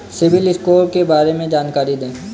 CIBIL score के बारे में जानकारी दें?